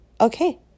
Okay